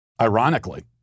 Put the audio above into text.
ironically